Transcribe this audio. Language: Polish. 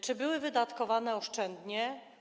Czy były wydatkowane oszczędnie?